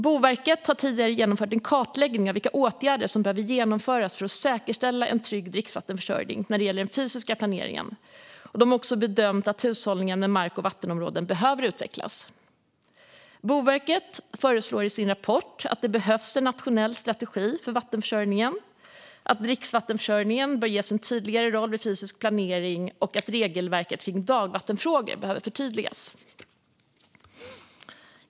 Boverket har tidigare genomfört en kartläggning av vilka åtgärder som behöver genomföras för att säkerställa en trygg dricksvattenförsörjning när det gäller den fysiska planeringen. De har också bedömt att hushållningen med mark och vattenområden behöver utvecklas. Boverket säger i sin rapport att det behövs en nationell strategi för vattenförsörjningen, att dricksvattenförsörjningen bör ges en tydligare roll vid fysisk planering och att regelverket kring dagvattenfrågor behöver förtydligas.